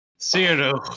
Zero